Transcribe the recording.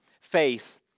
faith